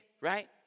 right